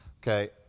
okay